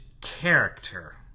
character